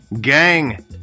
Gang